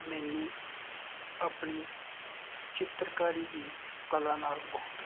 ਮੈਨੂੰ ਆਪਣੀ ਚਿੱਤਰਕਾਰੀ ਦੀ ਕਲਾ ਨਾਲ ਬਹੁਤ